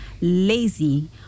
lazy